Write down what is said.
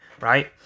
right